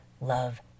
love